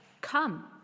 come